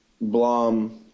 Blom